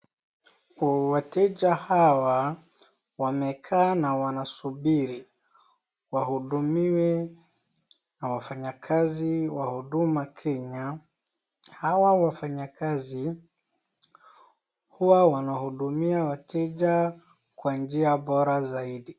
Wateja hawa wamekaa na wanasubiri wahudumiwe na wafanyakazi wa Huduma Kenya. Hawa wafanyakazi huwa wanahudumia wateja kwa njia bora zaidi.